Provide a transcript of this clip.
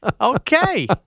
Okay